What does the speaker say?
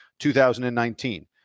2019